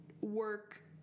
work